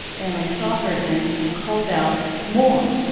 and i saw her, and i i called out mor,